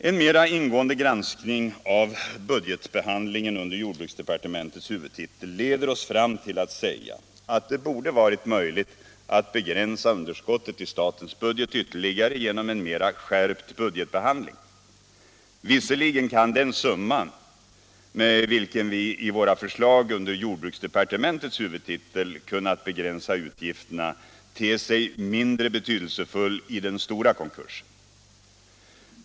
En mera ingående granskning av budgetbehandlingen under jordbruksdepartementets huvudtitel leder oss fram till att det borde ha varit möjligt att begränsa underskottet i statens budget ytterligare genom en mera skärpt budgetbehandling. Visserligen kan den summa med vilken vi i våra förslag under jordbruksdepartementets huvudtitel kunnat begränsa utgifterna te sig mindre betydelsefull i den stora konkursen.